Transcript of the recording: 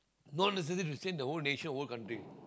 not necessary to change the whole nation whole country